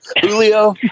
Julio